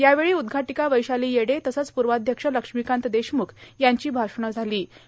यावेळी उद्घााटका वैशाला येडे तसंच पूवाध्यक्ष लक्ष्मीकांत देशमुख यांची भाषणं झालों